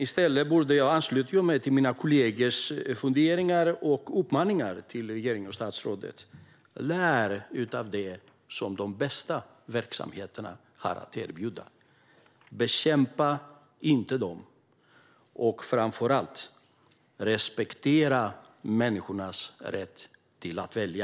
I stället ansluter jag mig till mina kollegors funderingar och uppmaningar till regeringen och statsrådet, nämligen att lära av det som de bästa verksamheterna har att erbjuda. Bekämpa dem inte. Respektera människors rätt att välja.